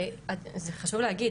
זה חשוב להגיד,